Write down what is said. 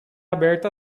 aberta